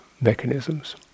mechanisms